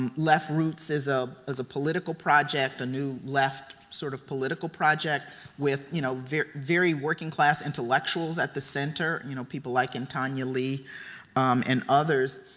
um leftroots is ah a political project. a new left sort of political project with you know very, very working class intellectuals at the center. you know people like ntanya lee and others.